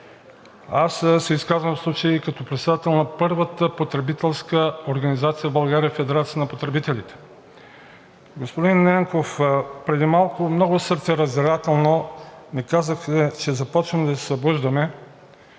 Аз се изказвам в случая и като председател на първата потребителска организация в България – Федерацията на потребителите. Господин Ненков, преди малко много сърцераздирателно ни казахте, че започваме да се събуждаме.